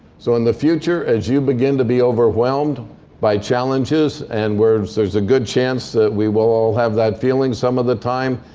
so in the future, as you begin to be overwhelmed by challenges, and there's a good chance that we will all have that feeling some of the time,